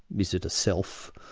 is it a self?